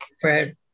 Fred